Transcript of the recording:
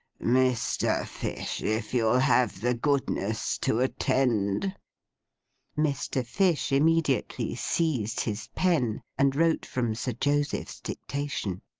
mr. fish, if you'll have the goodness to attend mr. fish immediately seized his pen, and wrote from sir joseph's dictation.